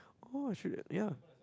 !orh! I should ya